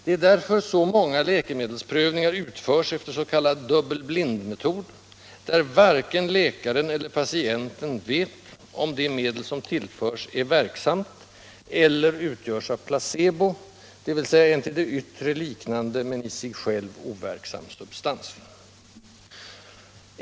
Det är därför så många läkemedelsprövningar utförs efter s.k. dubbel-blind-metod, där varken läkaren eller patienten vet om det medel som tillförs är verksamt eller utgörs av placebo, dvs. en till det yttre liknande men i sig själv overksam substans.